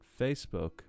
Facebook